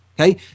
Okay